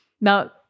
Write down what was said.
Now